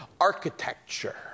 architecture